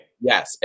Yes